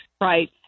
right